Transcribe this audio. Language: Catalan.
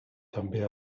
també